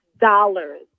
dollars